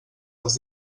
dels